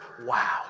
wow